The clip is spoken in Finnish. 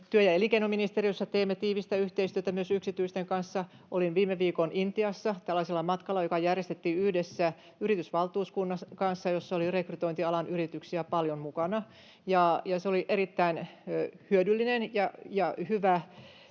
Työ- ja elinkeinoministeriössä teemme tiivistä yhteistyötä myös yksityisten kanssa. Olin viime viikon Intiassa tällaisella matkalla, joka järjestettiin yhdessä yritysvaltuuskunnan kanssa ja jossa oli rekrytointialan yrityksiä paljon mukana. Se oli erittäin hyödyllinen ja hyvä